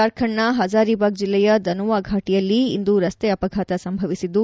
ಜಾರ್ಖಂಡ್ನ ಹಜಾರಿಬಾಗ್ ಜಿಲ್ಲೆಯ ದನುವಾ ಫಾಟಿಯಲ್ಲಿ ಇಂದು ರಸ್ತೆ ಅಪಘಾತ ಸಂಭವಿಸಿದ್ದು